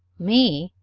me,